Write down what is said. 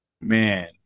Man